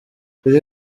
buri